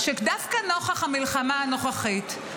דווקא נוכח המלחמה הנוכחית,